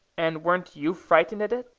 and weren't you frightened at it?